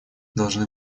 должны